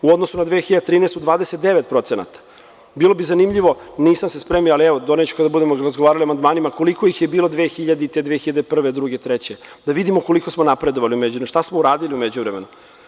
U odnosu na 2013. godinu 29%, bilo bi zanimljivo, nisam se spremio ali doneću kada budemo razgovarali o amandmanima koliko ih je bilo 2000, 2001, 2003. godine, da vidimo koliko smo napredovali u međuvremenu, šta smo uradili u međuvremenu.